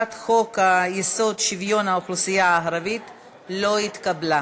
חוק-יסוד: שוויון האוכלוסייה הערבית לא התקבלה.